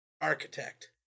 Architect